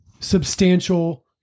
substantial